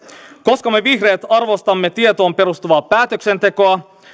koska me vihreät arvostamme tietoon perustuvaa päätöksentekoa